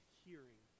hearing